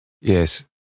Yes